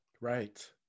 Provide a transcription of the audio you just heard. right